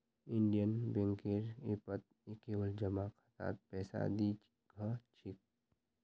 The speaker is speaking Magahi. इंडियन बैंकेर ऐपत केवल जमा खातात पैसा दि ख छेक